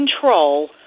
control